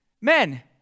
Men